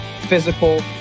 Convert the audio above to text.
physical